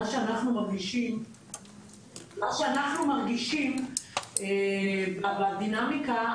מה שאנחנו מרגישים בדינמיקה,